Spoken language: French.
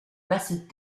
basses